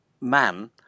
man